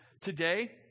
today